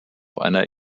einer